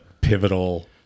pivotal